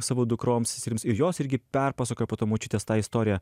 savo dukroms seserims ir jos irgi perpasakojo po to močiutės tą istoriją